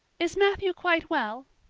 is matthew quite well?